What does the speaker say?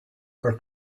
her